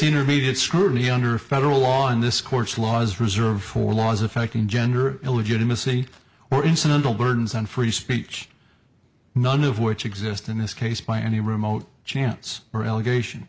intermediate scrutiny under federal law in this court's laws reserved for laws affecting gender illegitimacy or incidental burdens on free speech none of which exist in this case by any remote chance or allegation